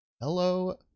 hello